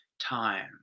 time